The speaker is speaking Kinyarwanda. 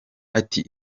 ati